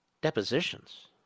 Depositions